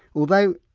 although,